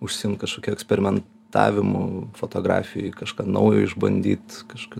užsiimt kažkokiu eksperimentavimu fotografijoj kažką naujo išbandyt kažką